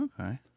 Okay